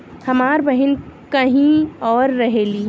हमार बहिन कहीं और रहेली